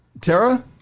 Tara